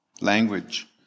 language